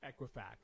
Equifax